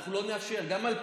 אנחנו לא נאשר, גם ב-2,000.